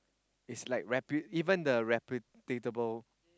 it's like even the reputable